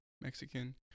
mexican